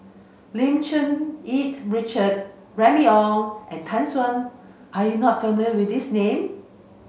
Lim Cherng Yih Richard Remy Ong and Tan Shen are you not familiar with these name